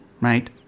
right